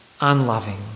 unloving